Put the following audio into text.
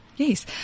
Yes